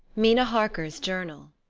mina harker's journal.